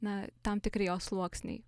na tam tikri jos sluoksniai